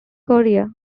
korea